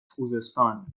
خوزستان